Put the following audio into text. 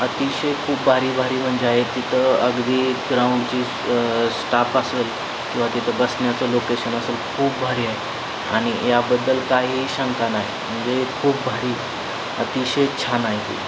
अतिशय खूप भारी भारी म्हणजे आहे तिथं अगदी ग्राउंडची स्टाप असेल किंवा तिथं बसण्याचं लोकेशन असेल खूप भारी आहे आणि याबद्दल काही शंका नाही म्हणजे खूप भारी अतिशय छान आहे